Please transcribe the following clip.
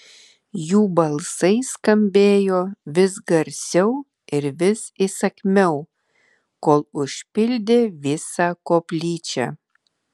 jų balsai skambėjo vis garsiau ir vis įsakmiau kol užpildė visą koplyčią